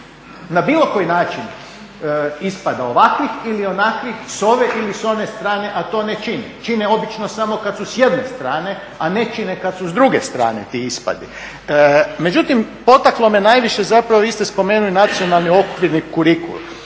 na bilo koji način ispada ovakvih ili onakvih, sa ove ili sa one strane, a to ne čine. Čine obično samo kad su s jedne strane, a ne čine kad su s druge strane ti ispadi. Međutim, potaklo me najviše zapravo vi ste spomenuli nacionalni okvirni kurikulum.